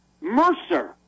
Mercer